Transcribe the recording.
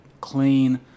clean